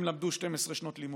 הם למדו 12 שנות לימוד,